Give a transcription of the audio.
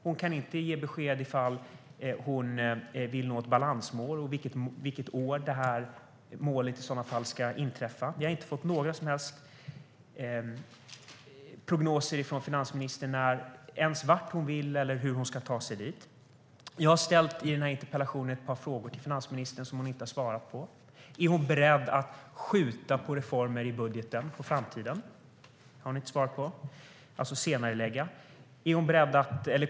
Hon kan inte ge besked om hon vill nå ett balansmål och vilket år det målet ska inträffa. Finansministern har inte gett några som helst prognoser om vart hon vill eller hur hon ska ta sig dit. Jag har i den här interpellationen ställt ett par frågor till finansministern som hon inte har svarat på. Är hon beredd att senarelägga reformer i budgeten till framtiden? Det har hon inte svarat på.